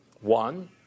One